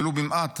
ולו במעט,